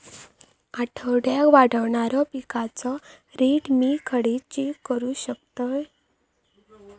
आठवड्याक वाढणारो पिकांचो रेट मी खडे चेक करू शकतय?